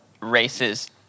races